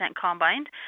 combined